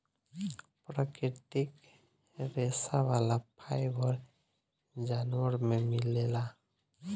प्राकृतिक रेशा वाला फाइबर जानवर में मिलेला